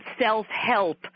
self-help